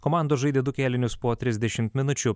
komandos žaidė du kėlinius po trisdešimt minučių